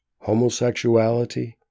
homosexuality